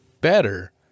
better